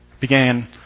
began